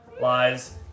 lies